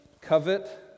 covet